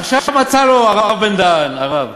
עכשיו עשה לו הרב בן-דהן, הרב,